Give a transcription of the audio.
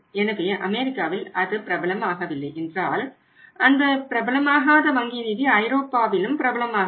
எனவே அமெரிக்காவில் அது பிரபலம் ஆகவில்லை என்றால் அந்த பிரபலமாகாத வங்கி நிதி ஐரோப்பாவிலும் பிரபலமாகாது